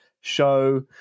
show